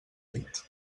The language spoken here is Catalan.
dit